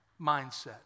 mindset